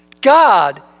God